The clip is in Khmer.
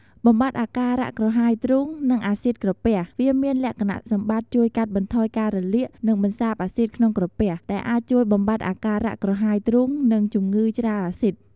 បំបាត់អាការៈក្រហាយទ្រូង និងអាស៊ីតក្រពះ វាមានលក្ខណៈសម្បត្តិជួយកាត់បន្ថយការរលាក និងបន្សាបអាស៊ីតក្នុងក្រពះ ដែលអាចជួយបំបាត់អាការៈក្រហាយទ្រូង និងជំងឺច្រាលអាស៊ីត ។